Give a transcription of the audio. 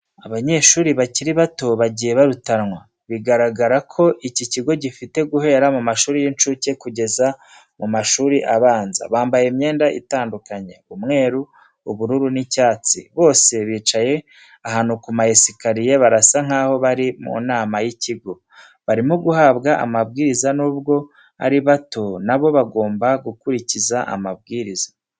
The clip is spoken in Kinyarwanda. Abanyeshuri bakiri bato bagiye barutanwa, bigaragara ko iki kigo gifite guhera mu mashuri y'incuke kugeza ku mashuri abanza, bambaye imyenda itandukanye, umweru, ubururu n'icyatsi, bose bicaye ahantu ku ma esikariye, barasa nkaho bari mu nama y'ikigo, barimo guhabwa amabwiriza n'ubwo ari bato na bo bagomba gukurikiza amabwiriza.